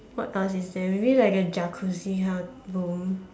what toilets is there maybe like a Jacuzzi kind of room